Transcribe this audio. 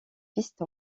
piste